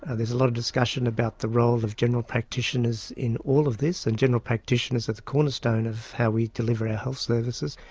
there's a lot of discussion about the role of general practitioners in all of this and general practitioners are the cornerstone of how we deliver our health services.